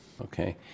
Okay